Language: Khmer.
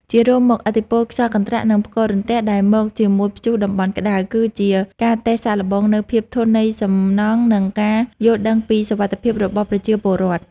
ជារួមមក ឥទ្ធិពលខ្យល់កន្ត្រាក់ និងផ្គររន្ទះដែលមកជាមួយព្យុះតំបន់ក្ដៅ គឺជាការតេស្តសាកល្បងនូវភាពធន់នៃសំណង់ និងការយល់ដឹងពីសុវត្ថិភាពរបស់ប្រជាពលរដ្ឋ។